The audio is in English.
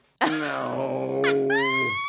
No